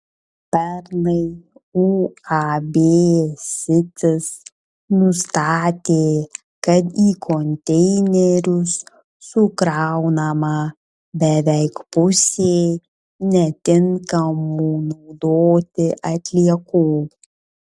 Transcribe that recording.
pernai uab sitis nustatė kad į konteinerius sukraunama beveik pusė netinkamų naudoti atliekų